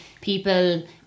people